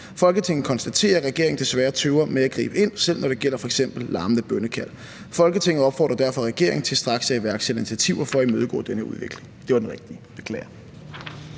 Folketinget konstaterer, at regeringen desværre tøver med at gribe ind, selv når det gælder f.eks. larmende bønnekald. Folketinget opfordrer derfor regeringen til straks at iværksætte initiativer for at imødegå denne udvikling.« (Forslag til vedtagelse